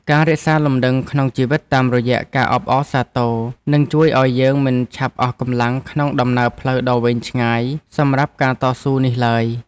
ការរក្សាលំនឹងក្នុងជីវិតតាមរយៈការអបអរសាទរនឹងជួយឱ្យយើងមិនឆាប់អស់កម្លាំងក្នុងដំណើរផ្លូវដ៏វែងឆ្ងាយសម្រាប់ការតស៊ូនេះឡើយ។